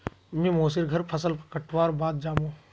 मी मोसी र घर फसल कटवार बाद जामु